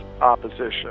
opposition